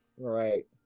Right